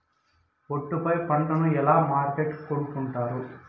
ఒట్టు పై పంటను ఎలా మార్కెట్ కొనుక్కొంటారు?